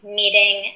meeting